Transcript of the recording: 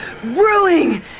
brewing